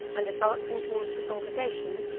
and advancing towards the congregation,